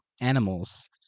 animals